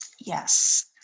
Yes